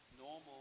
normal